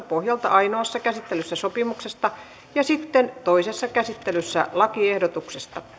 pohjalta ainoassa käsittelyssä sopimuksesta ja pöytäkirjasta ja sitten toisessa käsittelyssä lakiehdotuksesta